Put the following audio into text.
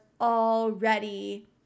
already